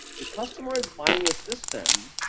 the costumer is buying a system.